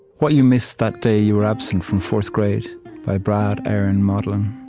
what you missed that day you were absent from fourth grade by brad aaron modlin